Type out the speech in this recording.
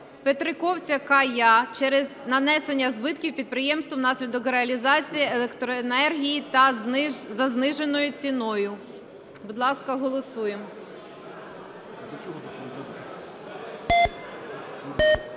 Петриковця К.Я. через нанесення збитків підприємству внаслідок реалізації електроенергії за зниженою ціною. Будь ласка, голосуємо.